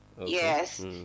Yes